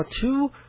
two